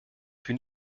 plus